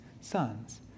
sons